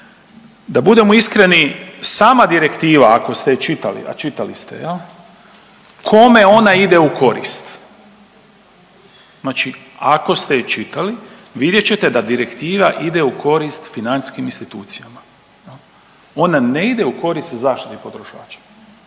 Da budemo iskreni sama direktiva ako ste je čitali, a čitali ste jel kome ona ide u korist. Znači ako ste ju čitali vidjet ćete da direktiva ide u korist financijskim institucijama, ona ne ide u korist zaštiti potrošača,